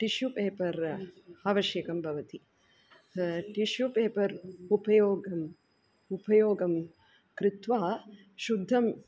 tissue paper आवश्यकं भवति tissue paper उपयोगम् उपयोगं कृत्वा शुद्धं